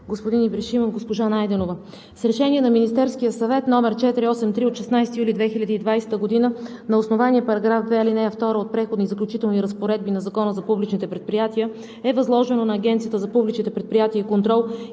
господин Ибришимов, госпожо Найденова, с Решение на Министерския съвет № 483 от 16 юли 2020 г., на основание § 2, ал. 2 от Преходните и заключителни разпоредби на Закона за публичните предприятия е възложено на Агенцията за публичните предприятия и контрол